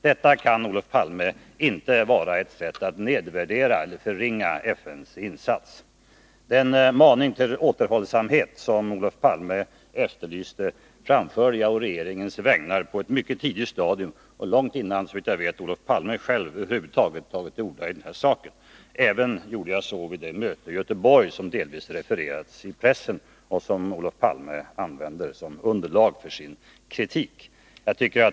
Detta kan, Olof Palme, inte vara ett sätt att nedvärdera eller förringa FN:s insats. Den maning till återhållsamhet som Olof Palme efterlyste framförde jag å regeringens vägnar på ett mycket tidigt stadium — såvitt jag vet långt innan Olof Palme själv över huvud taget hade tagit till orda i denna sak. Jag gjorde det även vid det möte i Göteborg som delvis refererats i pressen och som Olof Palme använder som underlag för sin kritik.